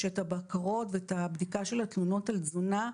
שאת הבקרות ואת הבדיקה של תלונות על תזונה,